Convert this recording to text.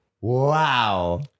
Wow